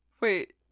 Wait